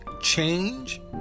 change